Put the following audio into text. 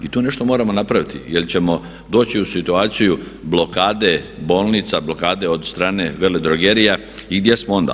I tu nešto moramo napraviti jer ćemo doći u situaciju blokade bolnica, blokade od strane veledrogerija i gdje smo onda?